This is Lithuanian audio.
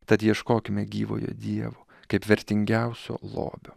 tad ieškokime gyvojo dievo kaip vertingiausio lobio